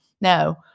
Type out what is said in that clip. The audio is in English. No